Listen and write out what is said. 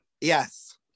Yes